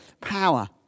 power